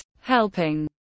helping